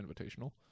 Invitational